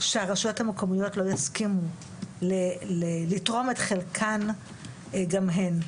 שהרשויות המקומיות לא יסכימו לתרום את חלקן גם הן.